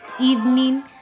evening